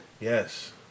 yes